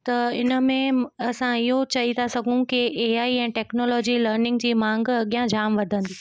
त इन में असां इहो चई था सघूं की एआई ऐं टेक्नोलॉजी लर्निंग जी मांग अॻियां जाम वधंदी